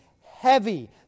heavy